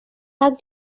তাক